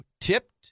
tipped